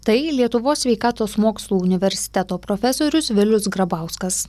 tai lietuvos sveikatos mokslų universiteto profesorius vilius grabauskas